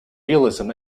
realism